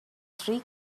three